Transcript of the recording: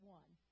one